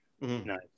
Nice